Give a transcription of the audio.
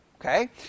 Okay